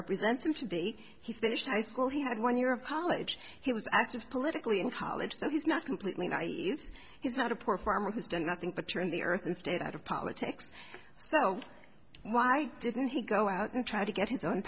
represents him to be he finished high school he had one year of college he was active politically in college so he's not completely naive he's not a poor farmer who's done nothing but you're in the earth and stayed out of politics so why didn't he go out and try to get his own